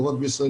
לא רק בישראל.